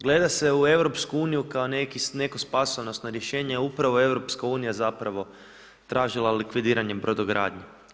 Gleda se u EU, kao neko spasonosno rješenje, a upravo EU, zapravo tražila likvidiranjem brodogradnje.